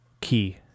Key